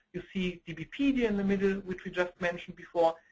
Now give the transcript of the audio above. you see dbpedia in the middle, which we just mentioned before.